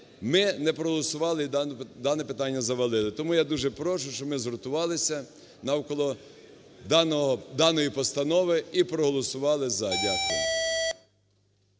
ми не проголосували і дане питання завалили. Тому я дуже прошу, щоб ми згуртувалися навколо даної постанови і проголосували "за". Дякую.